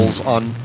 on